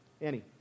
Annie